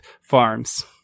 Farms